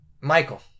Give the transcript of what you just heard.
Michael